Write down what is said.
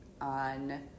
on